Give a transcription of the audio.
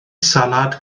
salad